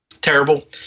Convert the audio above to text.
Terrible